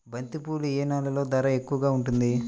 బంతిపూలు ఏ నెలలో ధర ఎక్కువగా ఉంటుంది?